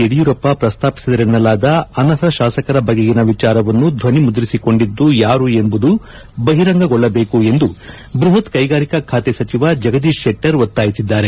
ಯಡಿಯೂರಪ್ಪ ಪ್ರಸ್ತಾಪಿದರೆನ್ನಲಾದ ಅನರ್ಹ ಶಾಸಕರ ಬಗೆಗಿನ ವಿಚಾರವನ್ನು ಧ್ವನಿಮುದ್ರಿಸಿಕೊಂಡಿದ್ದು ಯಾರು ಎಂಬುದು ಬಹಿರಂಗಗೊಳ್ಳದೇಕು ಎಂದು ಬೃಹತ್ ಕೈಗಾರಿಕಾ ಸಚಿವ ಜಗದೀಶ್ ಶೆಟ್ಟರ್ ಒತ್ತಾಯಿಸಿದ್ದಾರೆ